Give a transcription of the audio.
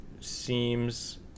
seems